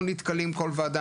אנחנו נתקלים בכל ועדה,